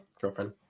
girlfriend